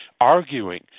arguing